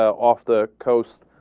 off the coast